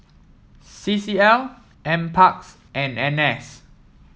C C L NParks and N S